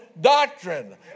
doctrine